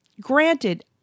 Granted